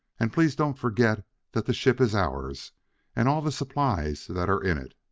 and please don't forget that the ship is ours and all the supplies that are in it.